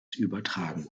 übertragen